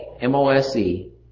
M-O-S-E